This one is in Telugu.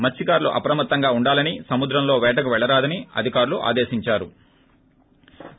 మత్స్కారులు అప్రమత్తంగా ఉండాలని సముద్రంలో పేటకు పెళ్లరాదని అధికారులు ఆదేశించారు